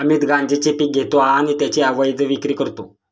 अमित गांजेचे पीक घेतो आणि त्याची अवैध विक्री करतो